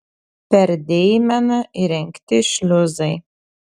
per deimeną įrengti šliuzai